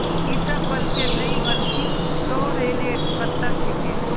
ईटा पलकेर नइ बल्कि सॉरेलेर पत्ता छिके